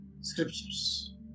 scriptures